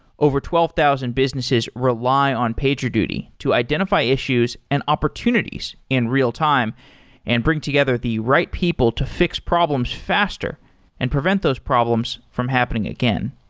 over twelve thousand businesses rely on pagerduty to identify issues and opportunities in real time and bring together the right people to fi x problems faster and prevent those problems from happening again.